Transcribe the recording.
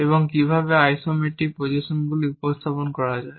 এবং কীভাবে আইসোমেট্রিক প্রজেকশনগুলি উপস্থাপন করা যায়